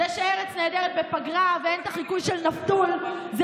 זה שארץ נהדרת בפגרה ואין את החיקוי של נפתול זה